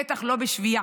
בטח לא בשביה,